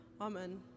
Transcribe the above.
Amen